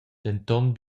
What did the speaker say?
denton